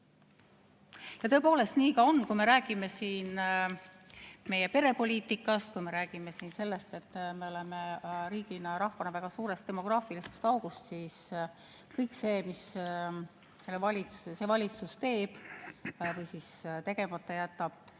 Tõepoolest, nii ka on. Kui me räägime siin meie perepoliitikast, kui me räägime siin sellest, et me oleme riigina ja rahvana väga suures demograafilises augus, siis kõigest sellest, mis see valitsus teeb või tegemata jätab,